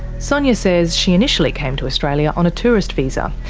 sonia says she initially came to australia on a tourist visa,